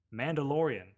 Mandalorian